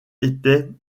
étaient